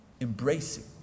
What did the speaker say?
embracing